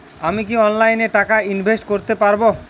আমি কি অনলাইনে টাকা ইনভেস্ট করতে পারবো?